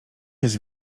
jest